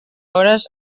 hores